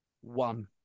one